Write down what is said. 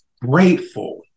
grateful